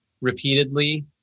repeatedly